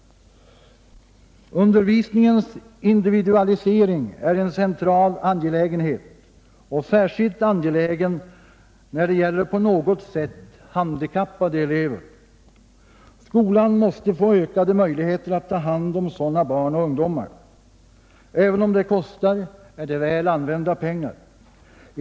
Undervisningens individualisering är en central angelägenhet, och särskilt angelägen är den när det gäller på något sätt handikappade elever. Skolan måste få ökade möjligheter att ta hand om sådana barn och ungdomar. Även om det kostar, är det väl använda pengar.